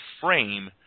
frame